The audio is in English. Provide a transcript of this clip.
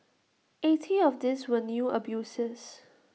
eighty of these were new abusers